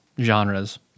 genres